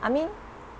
I mean